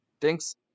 Thanks